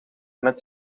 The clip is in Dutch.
met